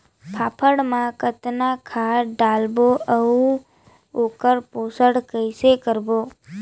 फाफण मा कतना खाद लगाबो अउ ओकर पोषण कइसे करबो?